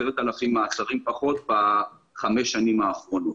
10,000 מעצרים פחות בחמש השנים האחרונות.